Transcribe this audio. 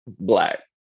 black